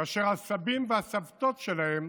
כאשר הסבים והסבתות שלהם